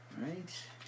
Right